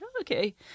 Okay